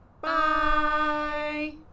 Bye